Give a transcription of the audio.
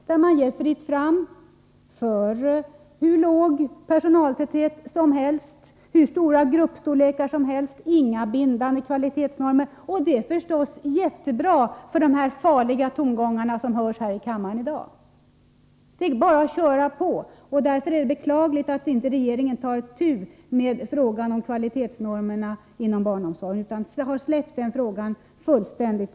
Där ger man fritt fram när det gäller att ha hur låg personaltäthet som helst och hur stora grupper som helst, och där anger man inte några bindande kvalitetsnormer. Allt detta är naturligtvis positivt för dem som svarar för de farliga tongångar vi hört här i kammaren i dag. Det är bara att fortsätta med dem. Därför är det beklagligt 113 att regeringen inte tagit itu med frågan om kvalitetsnhormerna inom barnomsorgen, utan har släppt den fullständigt.